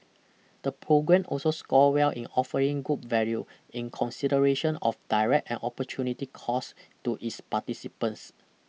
the programme also scored well in offering good value in consideration of direct and opportunity cost to its participants